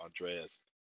Andreas